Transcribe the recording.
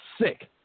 Sick